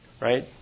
Right